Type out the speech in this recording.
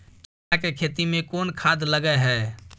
चना के खेती में कोन खाद लगे हैं?